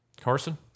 Carson